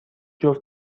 جفت